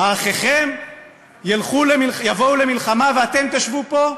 "האחיכם יבאו למלחמה ואתם תשבו פה?"